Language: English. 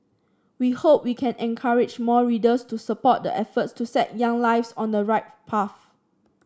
we hope we can encourage more readers to support the efforts to set young lives on the right path